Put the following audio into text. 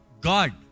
God